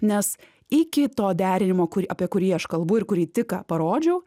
nes iki to derinimo kur apie kurį aš kalbu ir kurį tik ką parodžiau